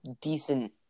Decent